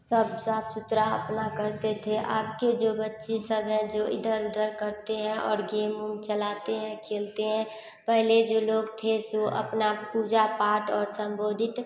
सब साफ़ सुथरा अपना करते थे अब के जो बच्चे सब हैं जो इधर उधर करते हैं और गेम उम खेलाते हैं खेलते हैं पहले जो लोग थे सो अपना पूजा पाठ और सम्बोधित